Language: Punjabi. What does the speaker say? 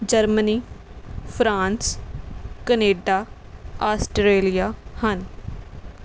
ਜਰਮਨੀ ਫਰਾਂਸ ਕਨੇਡਾ ਆਸਟਰੇਲੀਆ ਹਨ